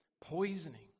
poisoning